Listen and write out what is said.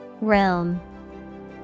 Realm